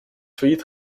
failliet